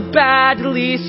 badly